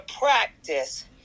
practice